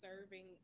serving